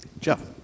Jeff